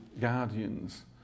guardians